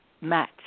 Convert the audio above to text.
match